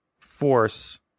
force